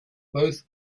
both